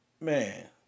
man